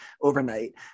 overnight